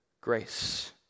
grace